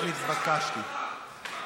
הלאומי (תיקון מס' 207)